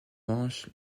manches